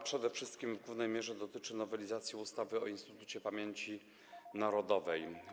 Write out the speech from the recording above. Przede wszystkim w głównej mierze dotyczy to nowelizacji ustawy o Instytucie Pamięci Narodowej.